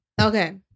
Okay